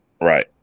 Right